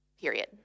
period